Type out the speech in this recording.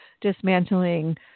dismantling